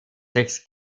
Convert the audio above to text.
sechs